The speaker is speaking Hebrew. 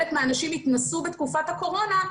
אני חושבת שחלק מהאנשים התנסו בתקופת הקורונה,